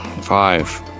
Five